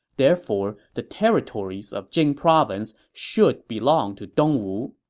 therefore, the territories of jing province should belong to dongwu.